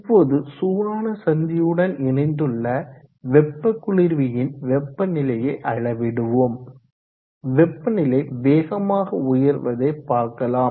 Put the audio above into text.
இப்போது சூடான சந்தியுடன் இணைந்துள்ள வெப்ப குளிர்வியின் வெப்பநிலையை அளவிடுவோம் வெப்பநிலை வேகமாக உயர்வதை பார்க்கலாம்